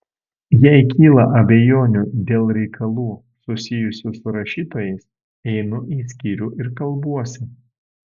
jei kyla abejonių dėl reikalų susijusių su rašytojais einu į skyrių ir kalbuosi